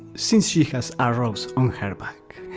since she has arrows on her back